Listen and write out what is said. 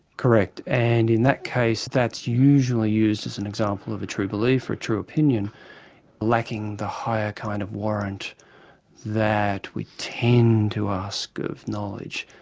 correct, and in that case that's usually used as an example of a true belief or a true opinion lacking the higher kind of warrant that we tend to ask of knowledge.